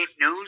news